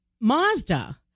Mazda